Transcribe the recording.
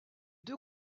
deux